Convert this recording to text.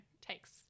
takes